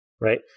right